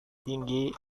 tinggi